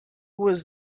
was